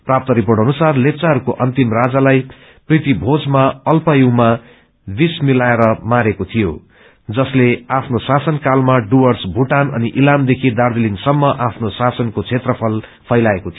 प्राप्त रिर्पोअ अनुसार लेप्वाहरूको अन्तिम राजालाई प्रितिभोजमा अप्लायुमा बीष पिलाएर मारेको थियो जसले आफ्नो शासनकालामा डुर्वस मुटान अनि इलामदेखि दार्जीलिङ समम आफ्नो शासनको क्षेत्रफल फैलाएको थियो